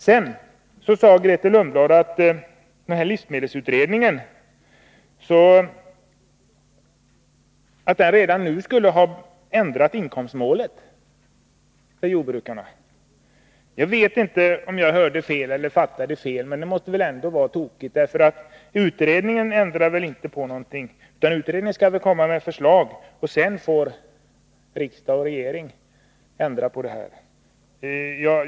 Sedan sade Grethe Lundblad att livsmedelsutredningen redan nu skulle ha ändrat inkomstmålet för jordbrukarna. Jag vet inte om jag hörde fel eller fattade fel, men det måste väl ändå vara tokigt. Utredningen ändrar väl inte på någonting. Utredningen kommer med förslag, och sedan får riksdag och regering göra ändringarna.